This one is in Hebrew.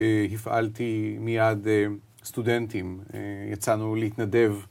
הפעלתי מיד סטודנטים, יצאנו להתנדב.